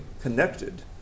connected